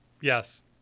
yes